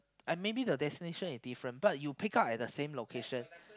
and maybe the destination is different but you pick up at the same location